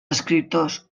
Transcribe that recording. escriptors